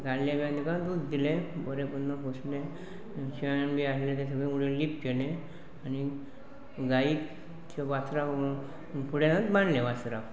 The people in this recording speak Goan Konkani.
काडलें काय तेका दूद दिलें बरें दोनदा पुसलें शेण बी आसलें तें सगळे उडयलें लिप केलें आनी गाईक वासरा फुड्यानूच बांदलें वासराक